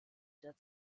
der